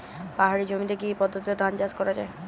পাহাড়ী জমিতে কি পদ্ধতিতে ধান চাষ করা যায়?